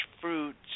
fruits